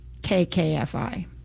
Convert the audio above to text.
KKFI